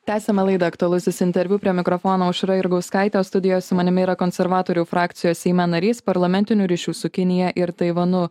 tęsiame laidą aktualusis interviu prie mikrofono aušra jurgauskaitė studijoj su manimi yra konservatorių frakcijos seime narys parlamentinių ryšių su kinija ir taivanu